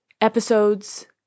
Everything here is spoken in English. episodes